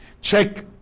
Check